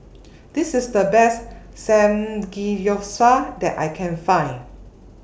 This IS The Best Samgeyopsal that I Can Find